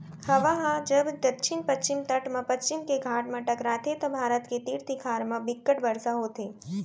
हवा ह जब दक्छिन पस्चिम तट म पस्चिम के घाट म टकराथे त भारत के तीर तखार म बिक्कट बरसा होथे